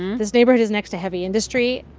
this neighborhood is next to heavy industry.